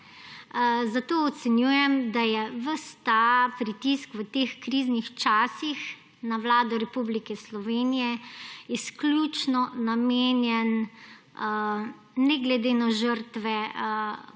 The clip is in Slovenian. Zato ocenjujem, da je ves ta pritisk v teh kriznih časih na Vlado Republike Slovenije izključno namenjen, ne glede na žrtve,